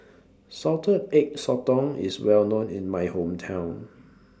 Salted Egg Sotong IS Well known in My Hometown